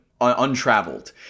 untraveled